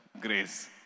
grace